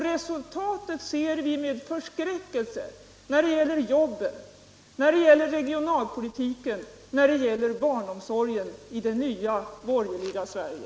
Resultatet ser vi med förskräckelse när det gäller jobben, regionalpolitiken och barnomsorgen i det nya borgerliga Sverige.